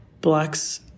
Blacks